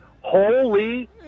Holy